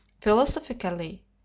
philosophically